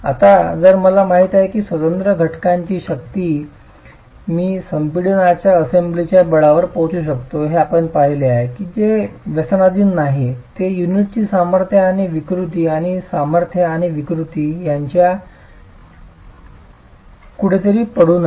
आता जर मला माहित आहे की स्वतंत्र घटकांची शक्ती मी संपीडनात असेंब्लीच्या बळावर पोचू शकतो हे आपण पाहिले आहे की ते व्यसनाधीन नाही ते युनिटची सामर्थ्य आणि विकृति यांच्यात कुठेतरी पडून आहे